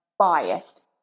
biased